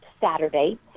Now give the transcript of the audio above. Saturday